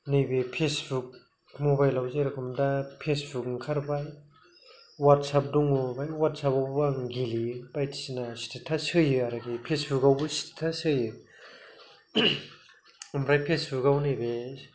नैबे फेस्बुक मबाइलाव जेरेखमदा फेस्बुक ओंखारबाय अवाटसएप दङ बेहाय बे अवाटसएपआवबो आं गेलेयो बायदिसिना स्टेटास होयो आरोखि फेस्बुकआवबो स्टेटास होयो ओमफ्राय फेस्बुकआव नैबे